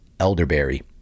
Elderberry